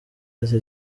ati